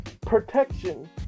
protection